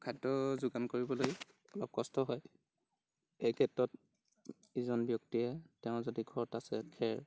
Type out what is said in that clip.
খাদ্য যোগান কৰিবলৈ অলপ কষ্ট হয় এই ক্ষেত্ৰত ইজন ব্যক্তিয়ে তেওঁ যদি ঘৰত আছে খেৰ